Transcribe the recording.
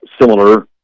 similar